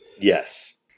Yes